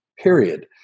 period